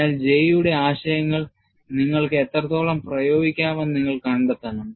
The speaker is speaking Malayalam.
അതിനാൽ J യുടെ ആശയങ്ങൾ നിങ്ങൾക്ക് എത്രത്തോളം പ്രയോഗിക്കാമെന്ന് നിങ്ങൾ കണ്ടെത്തണം